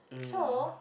so